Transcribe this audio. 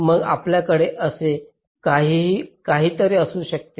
मग आपल्याकडे असे काहीतरी असू शकते